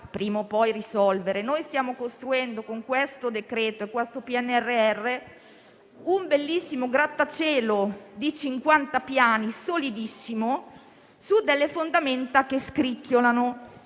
prima o poi risolvere: noi stiamo costruendo con questo decreto-legge e questo PNRR un bellissimo grattacielo di cinquanta piani, solidissimo, su delle fondamenta che scricchiolano;